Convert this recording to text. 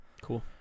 Cool